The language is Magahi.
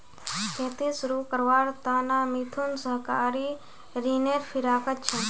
खेती शुरू करवार त न मिथुन सहकारी ऋनेर फिराकत छ